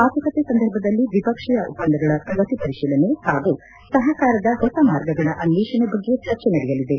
ಮಾತುಕತೆ ಸಂದರ್ಭದಲ್ಲಿ ದ್ವಿಪಕ್ಷೀಯ ಒಪ್ಪಂದಗಳ ಪ್ರಗತಿ ಪರಿಶೀಲನೆ ಹಾಗೂ ಸಹಕಾರದ ಹೊಸ ಮಾರ್ಗಗಳ ಅನ್ನೇಷಣೆ ಬಗ್ಗೆ ಚರ್ಚೆ ನಡೆಯಲಿದೆ